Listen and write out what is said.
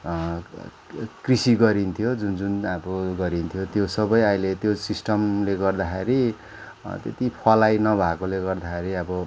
कृषि गरिन्थ्यो जुन जुन अब गरिन्थ्यो त्यो सबै अहिले त्यो सिस्टमले गर्दाखेरि त्यति फलाइ नभएकोले गर्दाखेरि अब